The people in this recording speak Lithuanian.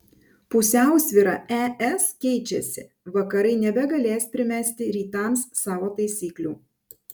pusiausvyra es keičiasi vakarai nebegalės primesti rytams savo taisyklių